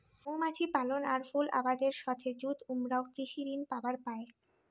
মৌমাছি পালন আর ফুল আবাদের সথে যুত উমরাও কৃষি ঋণ পাবার পায়